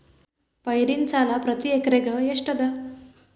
ಪೈರಿನ ಸಾಲಾ ಪ್ರತಿ ಎಕರೆಗೆ ಎಷ್ಟ ಅದ?